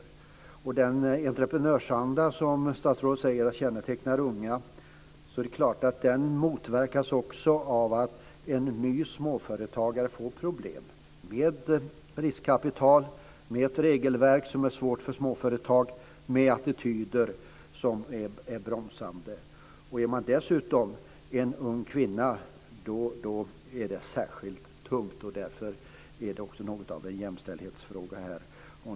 Det är klart att den entreprenörsanda som statsrådet säger kännetecknar unga motverkas av att en nybliven småföretagare får problem med riskkapital, med ett regelverk som är svårt för småföretag och med attityder som är bromsande. Är man dessutom ung kvinna är det särskilt tungt. Därför är detta också något av en jämställdhetsfråga.